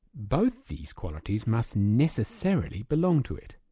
both these qualities must necessarily belong to it,